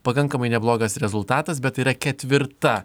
pakankamai neblogas rezultatas bet yra ketvirta